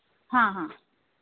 हाँ हाँ